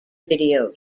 video